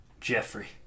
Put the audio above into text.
Jeffrey